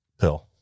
pill